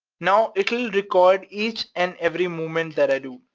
now it'll record each and every movement that i do,